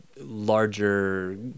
larger